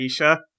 Aisha